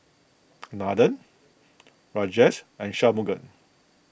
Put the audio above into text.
Nathan Rajesh and Shunmugam